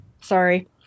Sorry